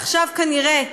עכשיו כנראה,